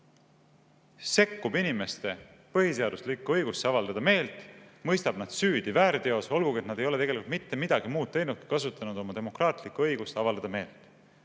sekkub inimeste põhiseaduslikku õigusse avaldada meelt, mõistab nad süüdi väärteos, olgugi et nad ei ole tegelikult mitte midagi muud teinud, kui kasutanud oma demokraatlikku õigust avaldada meelt.